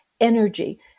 energy